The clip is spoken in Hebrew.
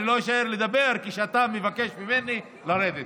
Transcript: אני לא אשאר לדבר כשאתה מבקש ממני לרדת.